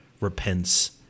repents